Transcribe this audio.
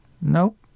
Nope